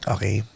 Okay